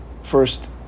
first